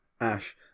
ash